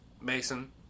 Mason